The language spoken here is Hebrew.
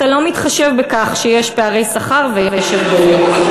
אתה לא מתחשב בכך שיש פערי שכר ויש הבדלי,